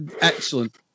excellent